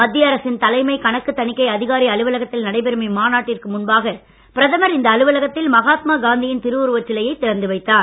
மத்திய அரசின் தலைமை கணக்குத் தணிக்கை அதிகாரி அலுவலகத்தில் நடைபெறும் இம்மாநாட்டிற்கு முன்பாக பிரதமர் இந்த அலுவலகத்தில் மகாத்மா காந்தியின் திருவுருவச் சிலையை திறந்து வைத்தார்